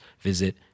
visit